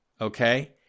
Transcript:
okay